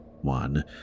one